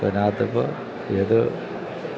അതിനകത്ത് ഇപ്പോള് ഏത്